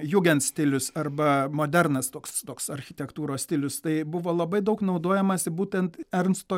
jugent stilius arba modernas toks toks architektūros stilius tai buvo labai daug naudojamasi būtent ernsto